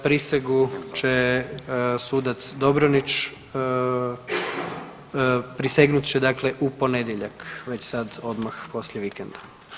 Prisegu će sudac Dobronić, prisegnut će dakle, u ponedjeljak već sad odmah poslije vikenda.